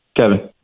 Kevin